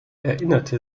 erinnerte